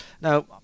Now